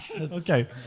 Okay